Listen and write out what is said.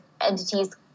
entities